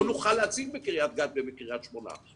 לא נוכל להציג בקריית גת ובקריית שמונה.